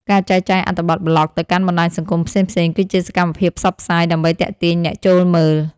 ការចែកចាយអត្ថបទប្លក់ទៅកាន់បណ្ដាញសង្គមផ្សេងៗ គឺជាសកម្មភាពផ្សព្វផ្សាយដើម្បីទាក់ទាញអ្នកចូលមើល។